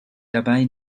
dabei